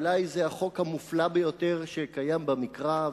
אולי זה החוק המופלא ביותר שקיים במקרא,